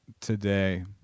today